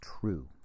true